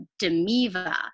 Demiva